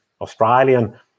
Australian